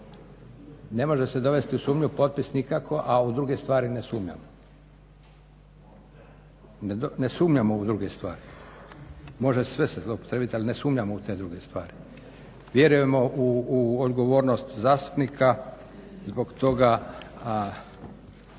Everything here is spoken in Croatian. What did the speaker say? ne može se dovest u sumnju potpis nikako, a u druge stvari ne sumnjam. Ne sumnjamo u druge stvari, može sve se zloupotrijebiti, ali ne sumnjamo u te druge stvari. Vjerujemo u odgovornost zastupnika. Zbog toga